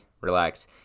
Relax